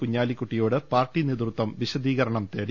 കുഞ്ഞാലി ക്കുട്ടിയോട് പാർട്ടി നേതൃത്വം വിശദീകരണം തേടി